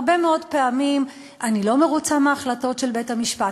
הרבה מאוד פעמים אני לא מרוצה מההחלטות של בית-המשפט.